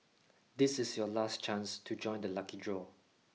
this is your last chance to join the lucky draw